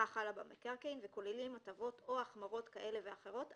החלה במקרקעין וכוללים הטבות או החמרות כאלה ואחרות,